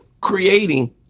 creating